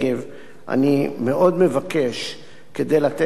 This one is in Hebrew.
אני מאוד מבקש לתת לי פרטים,